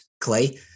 Clay